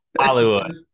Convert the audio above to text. Hollywood